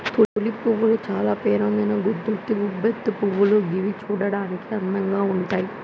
tulip పువ్వులు చాల పేరొందిన గుండ్రటి ఉబ్బెత్తు పువ్వులు గివి చూడడానికి అందంగా ఉంటయ్